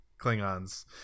Klingons